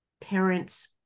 parents